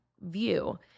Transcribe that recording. view